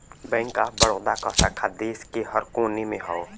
bank of Baroda क शाखा देश के हर कोने में हौ